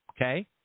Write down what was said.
okay